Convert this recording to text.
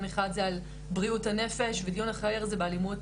שני הוא על בריאות הנפש ודיון אחר זה באלימות,